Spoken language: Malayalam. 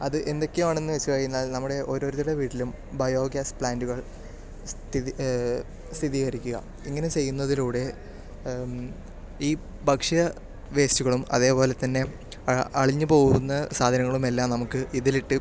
അത് എന്തൊക്കെയാണെന്ന് വച്ചു കഴിഞ്ഞാൽ നമ്മുടെ ഓരോരുത്തരുടെ വീട്ടിലും ബയോഗ്യാസ് പ്ലാൻറ്കൾ സ്ഥിതി സ്ഥിതീകരിക്കുക ഇങ്ങനെ ചെയ്യുന്നതിലൂടെ ഈ ഭക്ഷ്യ വേസ്റ്റുകളും അതേപോലെത്തന്നെ അളിഞ്ഞു പോകുന്ന സാധനങ്ങളും എല്ലാം നമുക്ക് ഇതിലിട്ട്